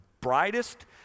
brightest